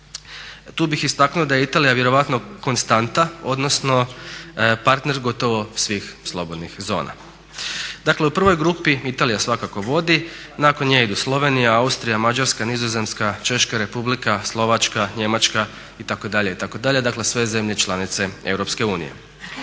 Tu bih istaknuo da je Italija vjerojatno konstanta, odnosno partner gotovo svih slobodnih zona. Dakle, u prvoj grupi Italija svakako vodi, nakon nje idu Slovenija, Austrija, Mađarska, Nizozemska, Češka Republika, Slovačka, Njemačka itd., itd., dakle sve zemlje članice EU. U drugoj